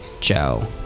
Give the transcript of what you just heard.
Joe